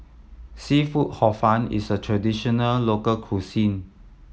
seafood Hor Fun is a traditional local cuisine